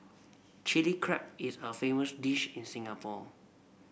Chilli Crab is a famous dish in Singapore